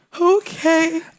okay